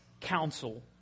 counsel